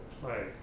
play